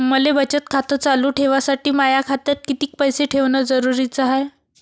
मले बचत खातं चालू ठेवासाठी माया खात्यात कितीक पैसे ठेवण जरुरीच हाय?